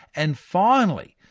and finally,